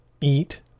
eat